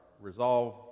resolve